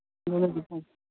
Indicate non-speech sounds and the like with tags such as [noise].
[unintelligible]